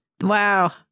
Wow